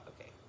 Okay